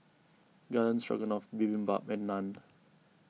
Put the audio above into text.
Garden Stroganoff Bibimbap and Naan